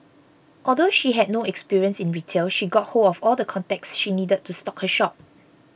although she had no experience in retail she got hold of all the contacts she needed to stock her shop